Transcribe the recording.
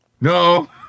no